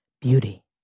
beauty